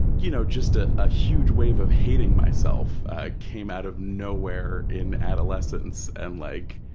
you know, just a ah huge wave of hating myself ah came out of nowhere in adolescence and like,